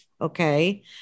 Okay